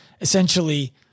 essentially